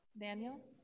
Daniel